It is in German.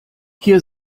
hier